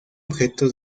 objeto